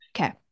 Okay